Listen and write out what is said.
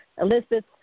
Elizabeth